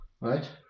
Right